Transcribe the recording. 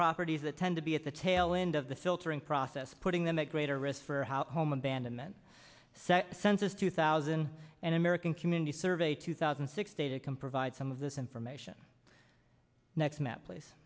properties that tend to be at the tail end of the filtering process putting them at greater risk for how home abandonment set census two thousand and american community survey two thousand and six data can provide some of this information next map place